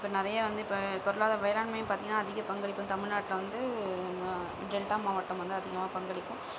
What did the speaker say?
இப்போ நிறையா வந்து இப்போ பொருளாதார வேளாண்மை பார்த்தீங்கனா அதிக பங்களிப்பு தமிழ்நாட்டில் வந்து டெல்ட்டா மாவட்டம் வந்து அதிகமாக பங்களிக்கும்